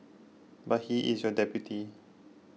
but he is your deputy